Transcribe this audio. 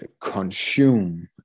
consume